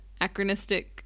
acronistic